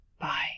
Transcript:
Bye